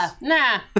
Nah